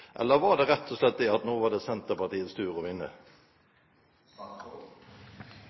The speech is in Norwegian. Eller er det rett og slett det at nå var det Senterpartiets tur til å vinne?